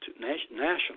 national